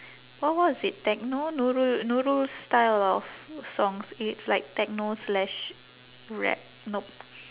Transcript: what what is it techno nurul nurul's style of songs it's like techno slash rap nope